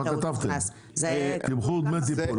למה כתבתם תמחור דמי טיפול?